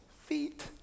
feet